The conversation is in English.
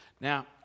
Now